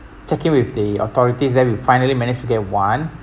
checking with the authorities then we finally managed to get one